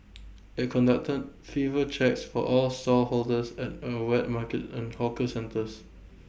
IT conducted fever checks for all stallholders at at wet market and hawker centres